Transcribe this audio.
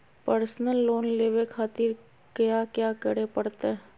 Personal loan लेवे खातिर कया क्या करे पड़तइ?